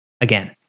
again